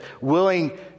willing